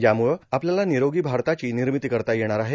यामुळं आपल्याला निरोगी भारताची निर्मिती करता येणार आहे